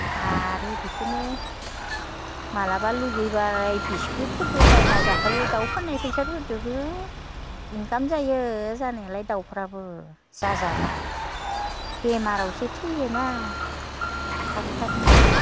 आरो बिखोनो माब्लाबा लुगैब्ला बिस्कुटफोरबो बायना जाफायो दाउ फाननाय फैसाफोरदोबो इनकाम जायो जानायालाय दाउफोराबो जाजाब्ला बेमारावसो थैयोना थाब थाबनो